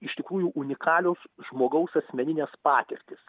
iš tikrųjų unikalios žmogaus asmeninės patirtys